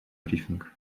брифинг